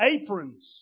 aprons